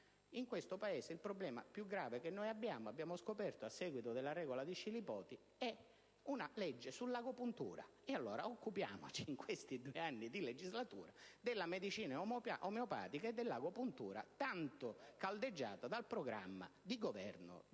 in questo Paese il problema più grave che abbiamo, come abbiamo scoperto a seguito dell'applicazione della regola di Scilipoti, è la legge sull'agopuntura. Allora occupiamoci, in questi due anni di legislatura, della medicina omeopatica e dell'agopuntura, tanto caldeggiata dal programma di governo di